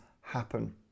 happen